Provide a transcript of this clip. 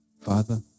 Father